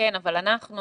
אבל אנחנו